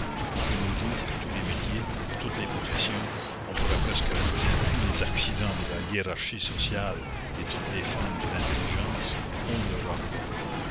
on peut nous dire que tous les métiers toutes les professions on pourrait presque ajouter tous les accidents de la hiérarchie sociale et toutes les formes de l'intelligence ont leur argot